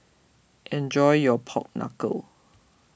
enjoy your Pork Knuckle